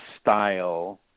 style